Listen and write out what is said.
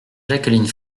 jacqueline